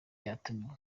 yatumiwe